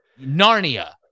Narnia